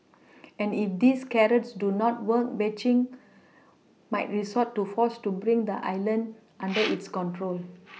and if these carrots do not work Beijing might resort to force to bring the island under its control